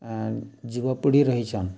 ଯୁବପିଢ଼ି ରହିଛନ୍